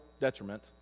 detriment